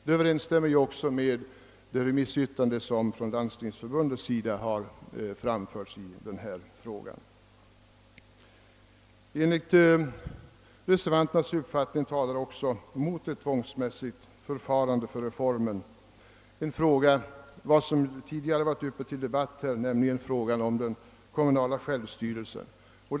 Det överensstämmer också med det remissyttrande som Landstingsförbundet har avgivit i denna fråga. Enligt reservanternas uppfattning talar mot ett tvångsmässigt förfarande vid reformens genomförande också det läge där frågan om den kommunala självstyrelsen befinner sig.